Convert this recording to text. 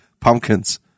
pumpkins